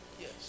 Yes